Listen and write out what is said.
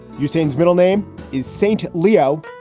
you're saying his middle name is saint leo.